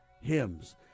hymns